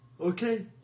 Okay